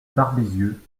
barbezieux